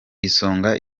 isonga